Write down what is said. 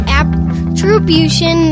attribution